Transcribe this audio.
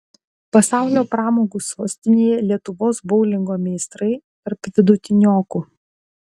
pasaulio pramogų sostinėje lietuvos boulingo meistrai tarp vidutiniokų